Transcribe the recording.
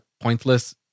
pointless